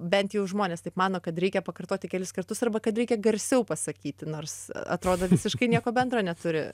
bent jau žmonės taip mano kad reikia pakartoti kelis kartus arba kad reikia garsiau pasakyti nors atrodo visiškai nieko bendro neturi